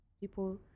people